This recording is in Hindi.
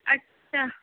अच्छा